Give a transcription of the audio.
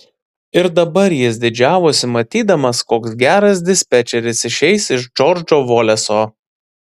ir dabar jis didžiavosi matydamas koks geras dispečeris išeis iš džordžo voleso